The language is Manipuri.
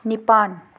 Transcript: ꯅꯤꯄꯥꯟ